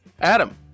Adam